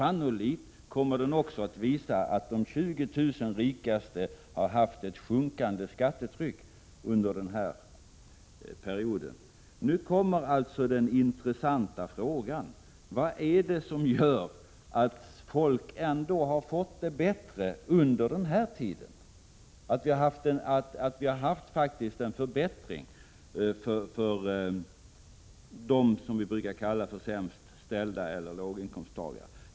Den kommer sannolikt även att visa att de 20 000 rikaste har haft ett sjunkande skattetryck under perioden. Nu kommer alltså den intressanta frågan: Vad är det som gör att folk ändå har fått det bättre under den här tiden, att vi faktiskt har haft en förbättring för dem som vi brukar kalla sämst ställda eller låginkomsttagare?